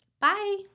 Bye